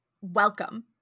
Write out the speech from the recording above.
Welcome